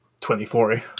2040